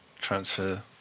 transfer